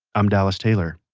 i'm dallas taylor